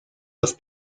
los